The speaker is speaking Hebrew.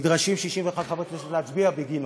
נדרשים 61 חברי כנסת להצביע בגינו,